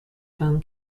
bone